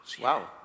Wow